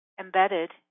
Embedded